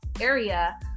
area